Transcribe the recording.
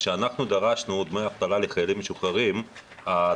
דרשנו דמי אבטלה לחיילים משוחררים,